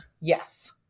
Yes